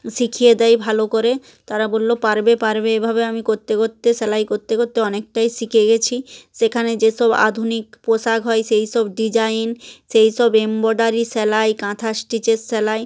শিখিয়ে দেয় ভালো করে তারা বললো পারবে পারবে এভাবে আমি করতে করতে সেলাই করতে করতে অনেকটাই শিখে গেছি সেখানে যেসব আধুনিক পোশাক হয় সেই সব ডিজাইন সেই সব এম্ব্রয়ডারি সেলাই কাঁথা স্টিচের সেলাই